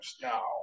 now